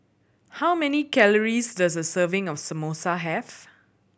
how many calories does a serving of Samosa have